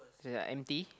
it's uh empty